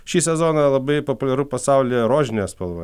šį sezoną labai populiaru pasaulyje rožinė spalva